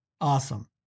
Awesome